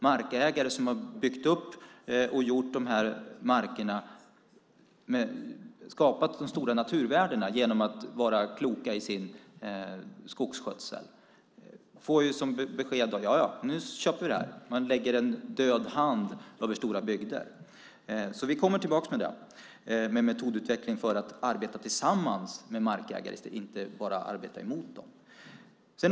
Markägare som har byggt upp och skapar de stora naturvärdena genom att vara kloka i sin skogsskötsel får som besked att vi nu köper detta. Man lägger en död hand över stora bygder. Vi kommer alltså tillbaka med metodutveckling för att arbeta tillsammans med markägare och inte bara arbeta emot dem.